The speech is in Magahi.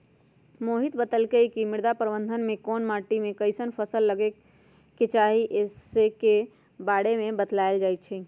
मोहित बतलकई कि मृदा प्रबंधन में कोन माटी में कईसन फसल लगे के चाहि ई स के बारे में बतलाएल जाई छई